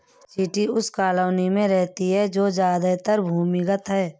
चींटी उस कॉलोनी में रहती है जो ज्यादातर भूमिगत है